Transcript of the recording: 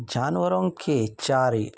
جانوروں کے چارے